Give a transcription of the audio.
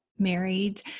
married